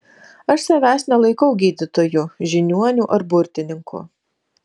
aš savęs nelaikau gydytoju žiniuoniu ar burtininku